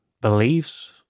beliefs